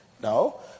no